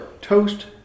toast